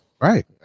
right